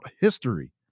history